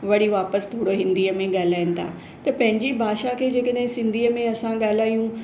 वरी वापसि थोरो हिंदीअ में ॻाल्हाइनि था त पंहिंजी भाषा खे जेकॾहिं सिंधीअ में असां ॻाल्हायूं